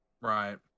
Right